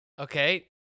okay